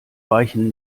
weichen